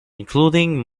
including